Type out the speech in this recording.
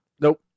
Nope